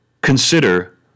Consider